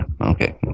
Okay